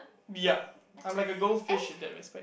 ya I'm like a goldfish in that respect